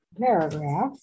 paragraph